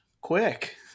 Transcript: quick